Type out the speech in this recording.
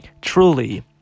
truly